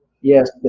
Yes